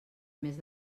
més